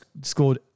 scored